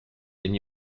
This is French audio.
amy